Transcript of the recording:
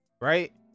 right